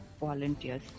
volunteers